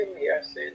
yes